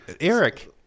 Eric